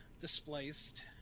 displaced